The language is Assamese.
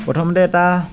প্ৰথমতে এটা